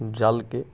जालके